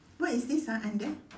what is this ah under